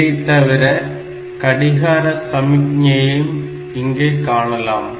இதைத் தவிர கடிகார சமிக்ஞையையும் இங்கே காணலாம்